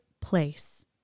place